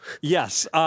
Yes